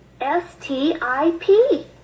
S-T-I-P